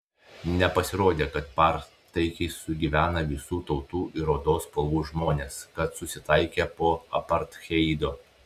nepasirodė kad par taikiai sugyvena visų tautų ir odos spalvų žmonės kad susitaikė po apartheido